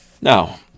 Now